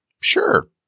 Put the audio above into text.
sure